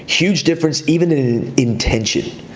huge difference even in intention.